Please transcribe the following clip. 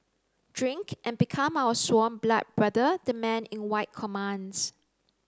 drink and become our sworn blood brother the man in white commands